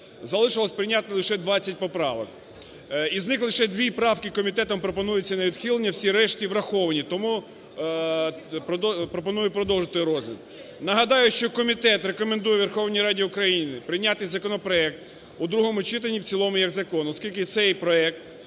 залишилося прийняти лише 20 поправок, з них лише дві правки комітетом пропонується на відхилення, всі решта враховані, тому пропоную продовжити розгляд. Нагадаю, що комітет рекомендує Верховній Раді України прийняти законопроект у другому читанні в цілому як закон, оскільки цей проект